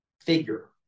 figure